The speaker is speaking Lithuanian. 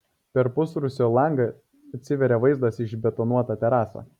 per pusrūsio langą atsiveria vaizdas į išbetonuotą terasą